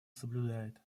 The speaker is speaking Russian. соблюдает